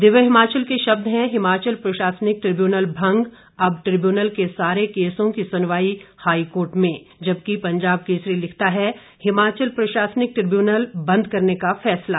दिव्य हिमाचल के शब्द हैं हिमाचल प्रशासनिक ट्रिब्यूनल भंग अब ट्रिब्यूनल के सारे केसों की सुनवाई हाईकार्ट में जबकि पंजाब केसरी लिखता है हिमाचल प्रशासनिक ट्रिब्यूनल बंद करने का फैसला